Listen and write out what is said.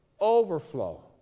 overflow